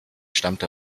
stammte